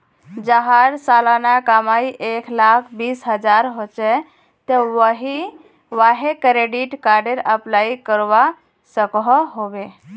जहार सालाना कमाई एक लाख बीस हजार होचे ते वाहें क्रेडिट कार्डेर अप्लाई करवा सकोहो होबे?